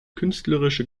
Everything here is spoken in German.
künstlerische